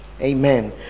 amen